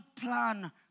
plan